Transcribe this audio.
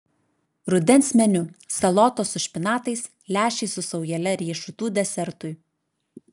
rudens meniu salotos su špinatais lęšiai su saujele riešutų desertui